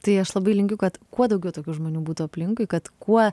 tai aš labai linkiu kad kuo daugiau tokių žmonių būtų aplinkui kad kuo